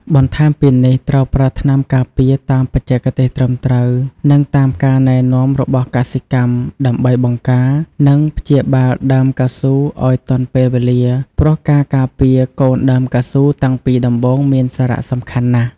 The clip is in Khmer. បន្ថែមពីនេះត្រូវប្រើថ្នាំការពារតាមបច្ចេកទេសត្រឹមត្រូវ និងតាមការណែនាំរបស់កសិកម្ម ដើម្បីបង្ការ និងព្យាបាលដើមកៅស៊ូឱ្យទាន់ពេលវេលា ព្រោះការការពារកូនដើមកៅស៊ូតាំងពីដំបូងមានសារៈសំខាន់ណាស់។